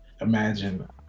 imagine